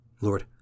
Lord